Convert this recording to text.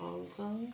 Hong Kong